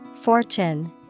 Fortune